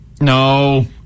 No